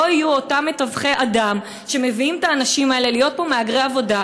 שלא יהיו אותם מתווכי אדם שמביאים את האנשים האלה להיות פה מהגרי עבודה,